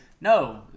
no